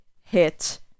hit